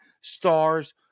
stars